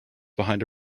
behind